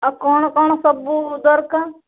ଆଉ କ'ଣ କ'ଣ ସବୁ ଦରକାର